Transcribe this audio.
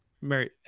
mary